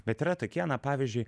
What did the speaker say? bet yra tokie na pavyzdžiui